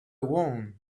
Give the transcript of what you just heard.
one